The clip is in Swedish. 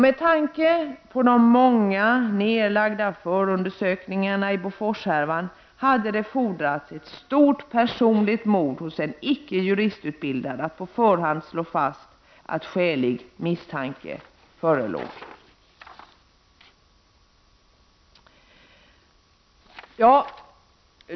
Med tanke på de många nedlagda förundersökningarna i Boforshärvan hade det fordrats stort personligt mod hos en icke juristutbildad att på förhand slå fast att skälig misstanke förelåg.